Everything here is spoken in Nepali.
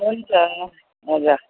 हुन्छ हजुर